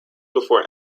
before